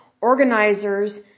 organizers